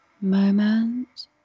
moment